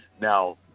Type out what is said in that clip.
Now